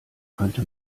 könnte